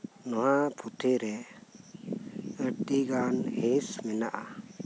ᱱᱚᱶᱟ ᱯᱩᱛᱷᱤᱨᱮ ᱟᱸᱰᱤᱜᱟᱱ ᱦᱤᱸᱥ ᱢᱮᱱᱟᱜᱼᱟ